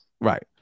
right